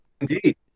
indeed